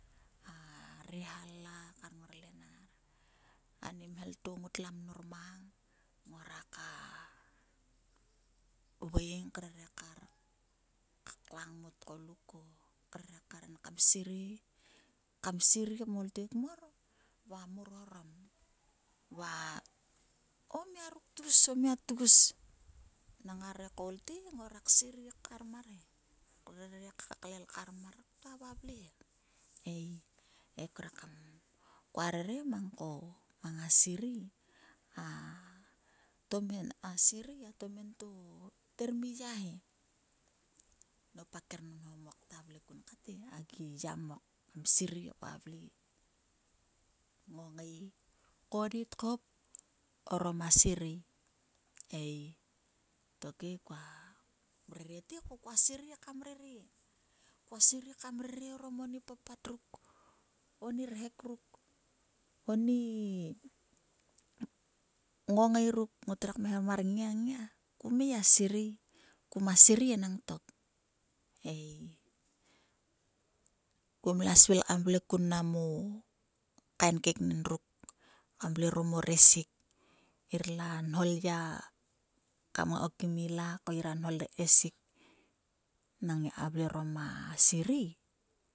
Va a re halla kar ngor lenar. Ani mhel to ngotlo mnor mang ngoraka veing krere kar ka klang o tgoluk o krere kar en kam serei. Kam serei kmolte kmor va mar orom. Va o mia ruk tgus o mia tgus nang ngarek kmolte ngorak serei krere klel kar mar kyua vavle he kua rere mang a serei krere kle kar mar ktua vavle he kua rere mang a serei ko a serei a tomen to ther mi ya he nop a kernonhomok ta vle kun kat e, a gi ya mok a serei ka vle kngongai konnit hop orom a serei ei tokhe kua rere ko kua serei kam rere. kua sere kam rere orom oni papat ruk oni rhek ruk oni nginai ruk ngotrek kmeharom mar nngia nngia kom ngai gia serei. Koma serei enang tok ei. komla svil kam vle kam vle kun mnam o kain keknen ruk kam vle orom o resik ngirla nho lya kam ngai ko kim ila ko ngira nho lessik nang ngia ka vle orom a serei.